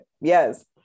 Yes